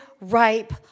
ripe